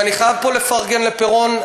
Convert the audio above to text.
ואני חייב פה לפרגן לפירון,